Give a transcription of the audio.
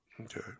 Okay